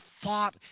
thought